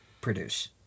produce